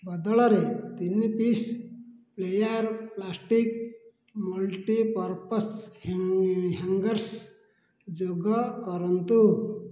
ବଦଳରେ ତିନି piece flair plastics multipurpose hangers ଯୋଗକରନ୍ତୁ